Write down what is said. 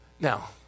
Now